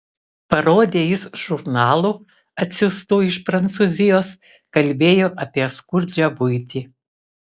parodė jis žurnalų atsiųstų iš prancūzijos kalbėjo apie skurdžią buitį